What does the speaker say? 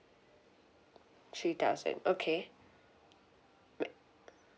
three thousand okay ma~